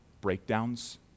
breakdowns